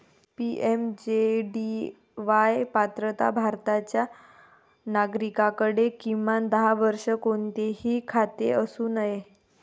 PMJDY पात्रता भारताच्या नागरिकाकडे, किमान दहा वर्षे, कोणतेही खाते असू नये